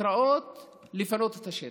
התראות לפנות את השטח.